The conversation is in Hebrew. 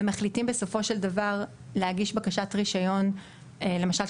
ומחליטים בסופו של דבר להגיש בקשת רישיון למשל,